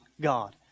God